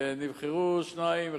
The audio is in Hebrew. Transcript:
נבחרו שניים,